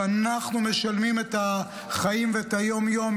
שאנחנו משלמים את החיים ואת היום-יום,